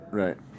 right